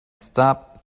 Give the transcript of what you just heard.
stop